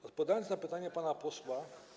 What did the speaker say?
Odpowiadając na pytanie pana posła.